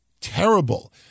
terrible